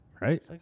Right